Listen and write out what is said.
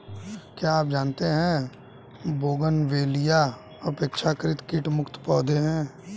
क्या आप जानते है बोगनवेलिया अपेक्षाकृत कीट मुक्त पौधे हैं?